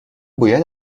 باید